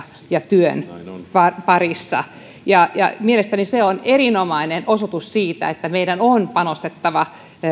ja työn parissa ja ja mielestäni se on erinomainen osoitus siitä että meidän on panostettava